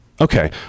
Okay